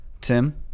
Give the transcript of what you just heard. Tim